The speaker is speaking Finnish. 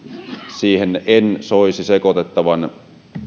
siihen en soisi sekoitettavan